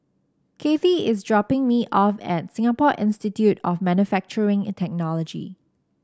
Kathy is dropping me off at Singapore Institute of Manufacturing and Technology